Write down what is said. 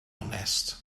onest